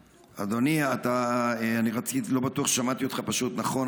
אדוני, אני פשוט לא בטוח ששמעתי אותך נכון.